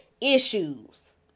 issues